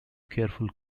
careful